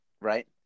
right